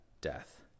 death